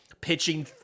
pitching